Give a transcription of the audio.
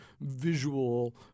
visual